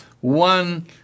one